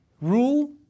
rule